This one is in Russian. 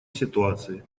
ситуации